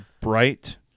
bright